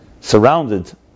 surrounded